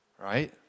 right